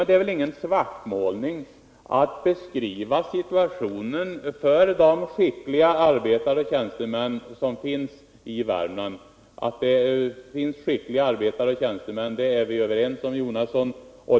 Det är väl ingen svartmålning att beskriva situationen för de skickliga arbetarna och tjänstemännen i Värmland. Att det finns skickliga arbetare och tjänstemän är vi ju överens om, Bertil Jonasson.